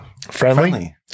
friendly